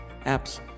apps